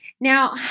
Now